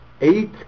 Eight